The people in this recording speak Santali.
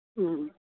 ᱦᱮᱸ